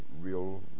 real